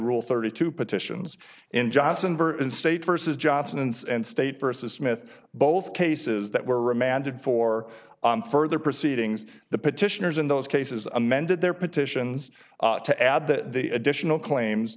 rule thirty two petitions in johnson in state versus johnson's and state vs smith both cases that were remanded for further proceedings the petitioners in those cases amended their petitions to add the additional claims